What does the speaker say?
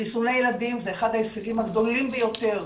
חיסוני ילדים זה אחד ההישגים הגדולים ביותר